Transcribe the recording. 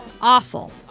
awful